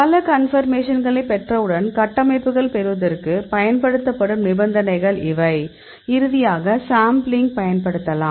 பல கன்பர்மேஷன்களை பெற்றவுடன் கட்டமைப்புகள் பெறுவதற்குப் பயன்படுத்தப்படும் நிபந்தனைகள் இவை இறுதியாக சாம்பிளிங் பயன்படுத்தலாம்